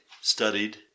studied